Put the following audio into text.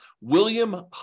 William